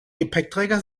gepäckträger